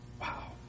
Wow